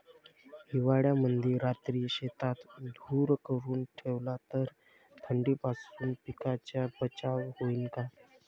हिवाळ्यामंदी रात्री शेतात धुर करून ठेवला तर थंडीपासून पिकाचा बचाव होईन का?